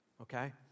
okay